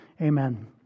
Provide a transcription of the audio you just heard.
Amen